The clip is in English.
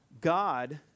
God